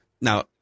now